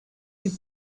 the